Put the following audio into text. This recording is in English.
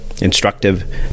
instructive